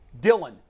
Dylan